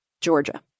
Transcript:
Georgia